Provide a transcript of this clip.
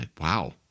Wow